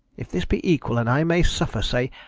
if this be equal, and i may suffer, say,